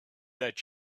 that